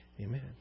amen